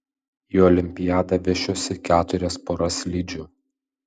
į olimpiadą vešiuosi keturias poras slidžių